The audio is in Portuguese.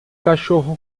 cachorro